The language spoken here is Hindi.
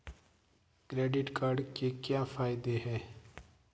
क्रेडिट कार्ड के क्या फायदे हैं?